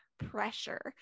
pressure